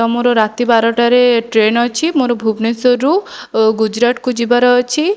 ଆମର ରାତି ବାରଟାରେ ଟ୍ରେନ୍ ଅଛି ମୋର ଭୁବେନେଶ୍ୱରରୁ ଗୁଜୁରାଟକୁ ଯିବାର ଅଛି